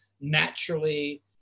naturally